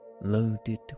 loaded